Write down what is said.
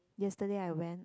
yesterday I went